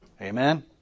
Amen